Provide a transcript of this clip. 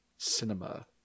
cinema